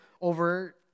over